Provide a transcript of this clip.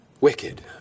Wicked